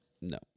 no